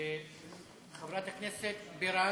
חברת הכנסת מיכל בירן,